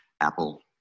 Apple